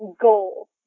goal